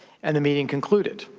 and the meeting concluded.